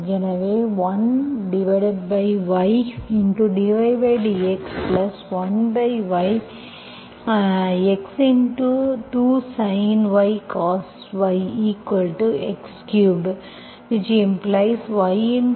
எனவே 1y dydx 1y x 2siny cosyx3y dydx x